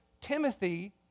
Timothy